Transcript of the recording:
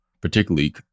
particularly